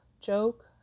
joke